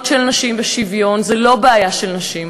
של נשים ושוויון זה לא בעיה של נשים,